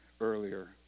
earlier